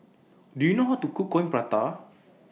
Do YOU know How to Cook Coin Prata